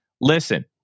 Listen